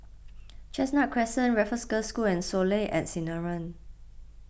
Chestnut Crescent Raffles Girls' School and Soleil at Sinaran